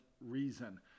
Reason